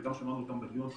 וגם שמענו אותם בדיון פה,